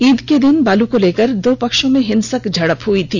ईद के दिन बालू को लेकर दो पक्षों में हिंसक झड़प् हुई थी